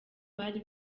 bari